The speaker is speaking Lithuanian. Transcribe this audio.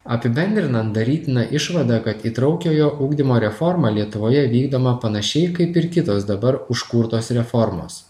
apibendrinant darytina išvada kad įtraukiojo ugdymo reforma lietuvoje vykdoma panašiai kaip ir kitos dabar užkurtos reformos